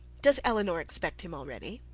does elinor expect him already?